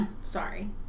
Sorry